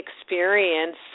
experience